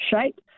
shape